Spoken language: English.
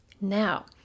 Now